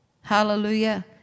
Hallelujah